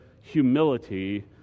humility